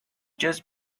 just